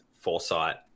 foresight